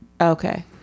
Okay